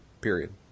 Period